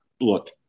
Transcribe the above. look